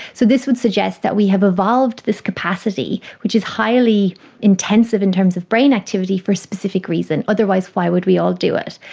so this would suggest that we have evolved this capacity which is highly intensive in terms of brain activity for a specific reason, otherwise why would we all do it.